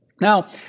Now